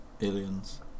Aliens